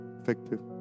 effective